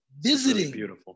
Visiting